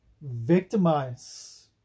victimize